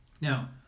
now